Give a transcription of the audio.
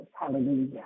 Hallelujah